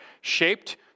shaped